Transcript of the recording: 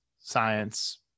science